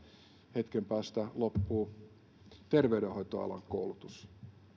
hetken päästä loppuu terveydenhoitoalan koulutus